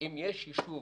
אם יש יישוב